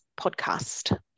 podcast